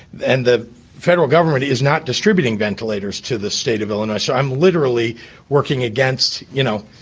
and the federal government is not distributing ventilators to the state of illinois. i'm literally working against, you know,